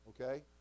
okay